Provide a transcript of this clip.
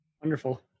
Wonderful